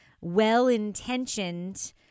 well-intentioned